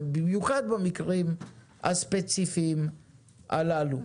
במיוחד במקרים הספציפיים הללו.